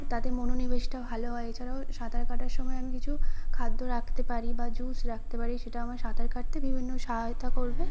তাতে মনোনিবেশটা ভালো হয় এছাড়াও সাঁতার কাটার সময় আমি কিছু খাদ্য রাখতে পারি বা জুস রাখতে পারি সেটা আমার সাঁতার কাটতে বিভিন্ন সাহয়তা করবে